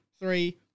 three